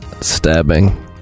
stabbing